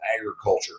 agriculture